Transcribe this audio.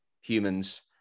humans